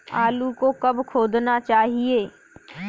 आलू को कब खोदना चाहिए?